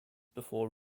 before